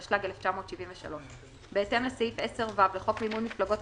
התשל"ג 1973. בהתאם לסעיף 10(ו) לחוק מימון מפלגות,